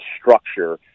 structure –